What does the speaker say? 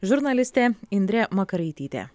žurnalistė indrė makaraitytė